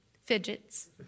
fidgets